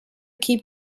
keep